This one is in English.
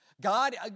God